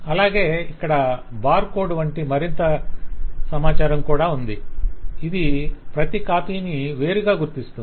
అలాగే ఇక్కడ బార్కోడ్ వంటి మరికొంత సమాచారం కూడా ఉంటుంది ఇది ప్రతి కాపీని వేరుగా గుర్తిస్తుంది